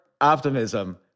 Optimism